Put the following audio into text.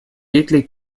деятелей